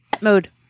Mode